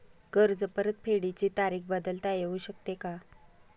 कर्ज परतफेडीची तारीख बदलता येऊ शकते का?